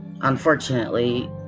unfortunately